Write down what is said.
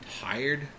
tired